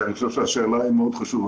כי אני חושב שהשאלה מאוד חשובה.